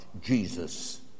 Jesus